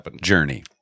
Journey